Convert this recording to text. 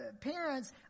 parents